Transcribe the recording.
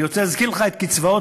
אני רוצה להזכיר לך את קי"ץ,